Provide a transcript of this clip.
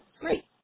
Great